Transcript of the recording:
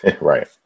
Right